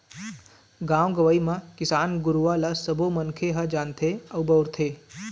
गाँव गंवई म किसान गुरूवा ल सबो मनखे ह जानथे अउ बउरथे